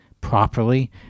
properly